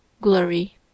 glory